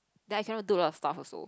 then I cannot do a lot of stuff also